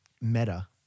Meta